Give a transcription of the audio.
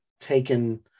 taken